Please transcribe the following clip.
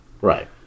Right